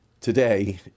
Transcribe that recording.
today